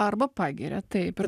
arba pagiria taip ir